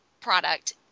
product